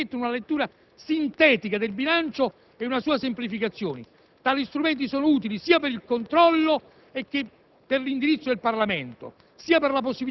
vanno enormemente valorizzati tutti gli strumenti che permettono una lettura sintetica del bilancio ed una sua semplificazione. Tali strumenti sono utili sia per il controllo che